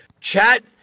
chat